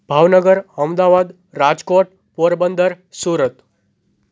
Bhavnagar Ahmedabad Rajkot Porbandar Surat